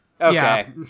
Okay